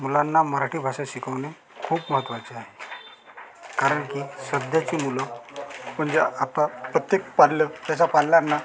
मुलांना मराठी भाषा शिकवणे खूप महत्त्वाचे आहे कारण की सध्याची मुलं म्हणजे आता प्रत्येक पाल्य त्याच्या पाल्यांना